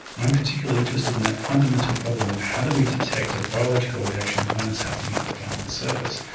um particularly interested in that fundamental problem of how do we detect a biological reaction when it's happening at the diamond's surface.